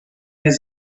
his